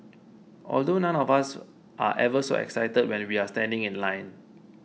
although none of us are ever so excited when we're standing in line